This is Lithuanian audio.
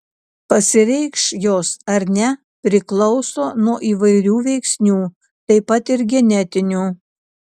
pasireikš jos ar ne priklauso nuo įvairių veiksnių taip pat ir genetinių